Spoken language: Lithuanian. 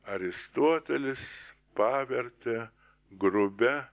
aristotelis pavertė grubia